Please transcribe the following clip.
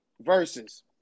versus